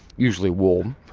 usually warm,